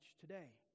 today